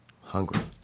Hungry